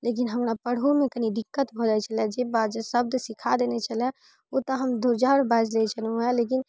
लेकिन हमरा पढ़होमे कनी दिक्कत भऽ जाइत छलै हँ जे बाजि शब्द सिखा देने छलै ओ तऽ हम धूरझार बाजि लै छलहुँ हँ लेकिन